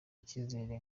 icyizere